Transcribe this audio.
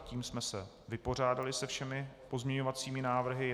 Tím jsme se vypořádali se všemi pozměňovacími návrhy.